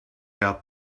out